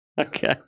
Okay